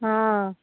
ହଁ